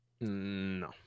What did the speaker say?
No